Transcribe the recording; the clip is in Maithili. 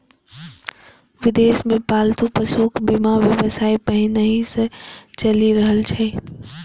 विदेश मे पालतू पशुक बीमा व्यवसाय पहिनहि सं चलि रहल छै